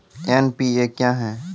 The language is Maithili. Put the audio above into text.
एन.पी.ए क्या हैं?